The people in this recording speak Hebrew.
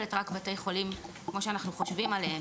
כוללת רק בתי חולים כמו שאנחנו חושבים עליהם,